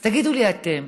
אז תגידו לי אתם.